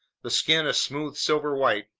the skin a smooth silver white,